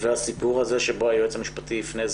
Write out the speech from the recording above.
והסיפור שבו היועץ המשפטי יפנה,